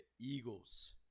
Eagles